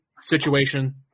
situation